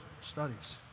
studies